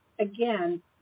Again